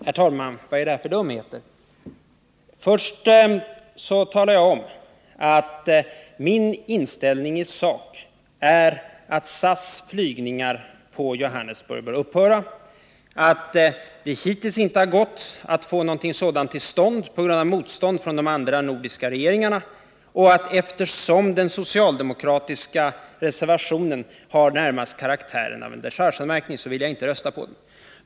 Herr talman! Vad är det för dumheter? Först talade jag om att min inställning i sak är att SAS flygningar på Johannesburg bör upphöra men att det hittills inte har gått att få någon sådan överenskommelse till stånd på grund av motstånd från de andra nordiska regeringarna och att jag inte vill rösta på den socialdemokratiska reservationen, eftersom den närmast har karaktären av en dechargeanmärkning.